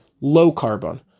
low-carbon